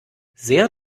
sehr